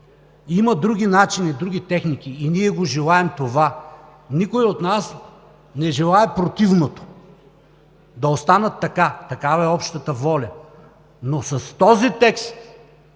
Има други начини, други техники и ние го желаем това. Никой от нас не желае противното – да останат така, такава е общата воля. Но с този текст